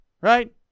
right